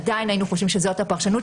עדיין היינו חושבים שזאת הפרשנות,